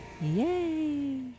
Yay